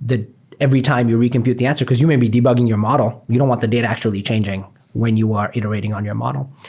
that every time you recomputed the answer, because you may be debugging your model. you don't want the data actually changing when you are iterating on your model.